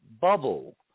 bubble